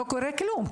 לא קורה כלום.